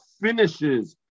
finishes